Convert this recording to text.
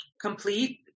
complete